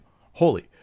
holy